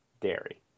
dairy